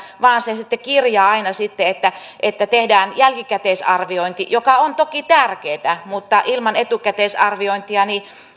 vaan se sitten kirjaa aina että että tehdään jälkikäteisarviointi joka on toki tärkeätä mutta ilman etukäteisarviointia